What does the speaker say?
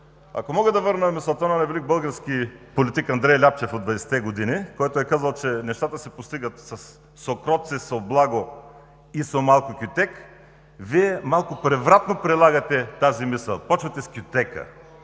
ако мога да върна мисълта на оня велик български политик Андрей Ляпчев от 20-те години, който е казал, че нещата се постигат „со кротце, со благо и со малце кютек“. Вие малко превратно прилагате тази мисъл – почвате с кютека.